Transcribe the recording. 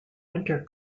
winter